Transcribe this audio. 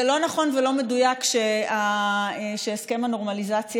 זה לא נכון ולא מדויק שהסכם הנורמליזציה